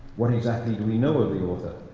what exactly do we know of the author?